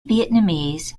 vietnamese